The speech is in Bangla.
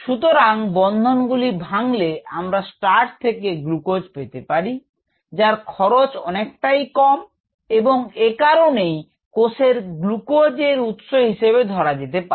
সুতরাং বন্ধন গুলি ভাঙলে আমরা স্টার্চ থেকে গ্লুকোজ পেতে পারি যার খরচ অনেকটাই কম এবং এ কারণেই কোষের গ্লুকোজ এর উৎস হিসেবে ধরা যেতে পারে